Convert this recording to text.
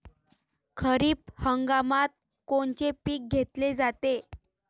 खरिप हंगामात कोनचे पिकं घेतले जाते?